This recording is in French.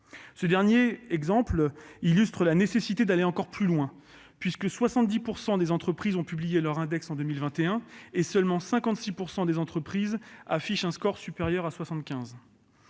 Ce dernier exemple illustre la nécessité d'aller encore plus loin. En effet, si 70 % des entreprises ont publié leur index en 2021, seulement 56 % des entreprises affichent un score supérieur à 75.